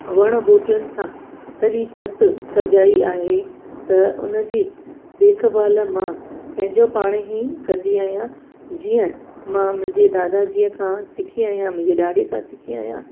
वण ॿूटियुनि सां सॼी छित सजाई आहे त उनजी देखभालु मां पंहिंजो पाण ई कंदी आहियां जीअं मां मुंहिंजे दादाजीअ सिखी आहियां मुंहिंजे ॾाॾे खां सिखी आहियां